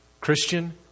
Christian